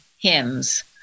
hymns